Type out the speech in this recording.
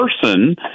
person